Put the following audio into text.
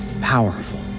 powerful